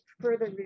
further